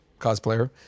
cosplayer